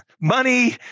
money